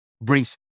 brings